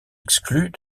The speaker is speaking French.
exclus